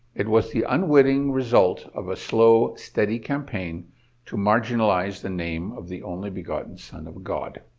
it was the unwittingly result of a slow, steady campaign to marginalize the name of the only-begotten son of god.